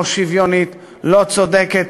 לא שוויונית, לא צודקת,